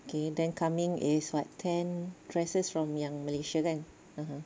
okay then coming is what ten dresses from yang Malaysia kan (uh huh)